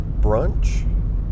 brunch